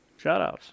shoutouts